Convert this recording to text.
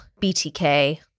BTK